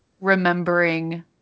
remembering